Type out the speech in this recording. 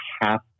half